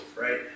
right